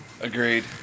Agreed